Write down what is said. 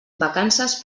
vacances